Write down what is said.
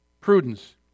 prudence